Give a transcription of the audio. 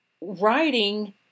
writing